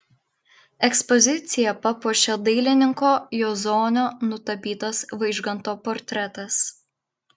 ekspoziciją papuošė dailininko juozonio nutapytas vaižganto portretas